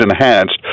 enhanced